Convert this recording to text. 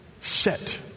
set